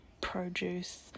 produce